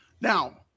Now